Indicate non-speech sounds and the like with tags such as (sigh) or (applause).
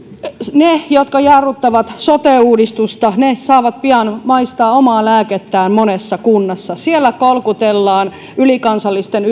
ne jotka jarruttavat sote uudistusta saavat pian maistaa omaa lääkettään monessa kunnassa siellä kolkutellaan ylikansallisten (unintelligible)